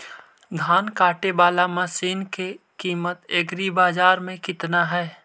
धान काटे बाला मशिन के किमत एग्रीबाजार मे कितना है?